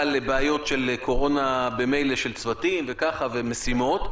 בעיות של קורונה במילא של צוותים ומשימות,